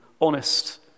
honest